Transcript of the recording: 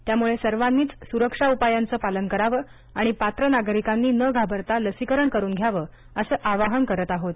त्यामुळे सर्वांनीच सुरक्षा उपायांचं पालन करावं आणि पात्र नागरिकांनी न घाबरता लसीकरण करून घ्यावं असं आवाहन करत आहोत